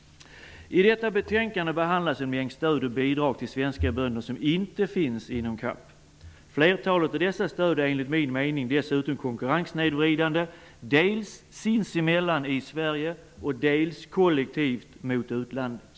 I detta betänkande behandlas en mängd stöd och bidrag till svenska bönder som inte finns inom CAP. Flertalet av dessa stöd är dessutom enligt min mening konkurrenssnedvridande sinsemellan i Sverige och kollektivt gentemot utlandet.